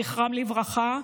זכרם לברכה,